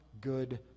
good